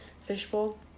Fishbowl